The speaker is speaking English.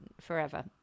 forever